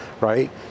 right